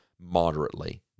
moderately